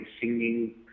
singing